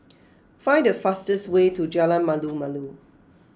find the fastest way to Jalan Malu Malu